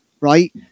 right